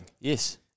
Yes